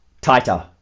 tighter